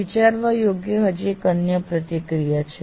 વિચારવા યોગ્ય હજી એક અન્ય પ્રતિક્રિયા છે